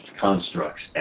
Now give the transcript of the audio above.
constructs